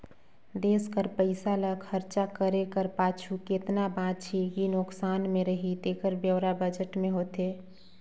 देस कर पइसा ल खरचा करे कर पाछू केतना बांचही कि नोसकान में रही तेकर ब्योरा बजट में होथे